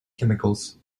chemicals